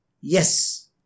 Yes